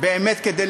באמת, כדי